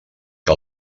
que